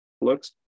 looks